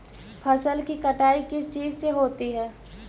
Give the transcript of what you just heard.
फसल की कटाई किस चीज से होती है?